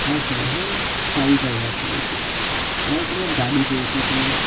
હા સર હું સાહિલભાઈ વાત કરું છું મારે તમારી ગાડી જોઈતી હતી